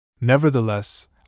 Nevertheless